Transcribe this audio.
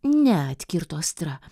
ne atkirto astra